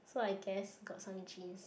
so I guess got some genes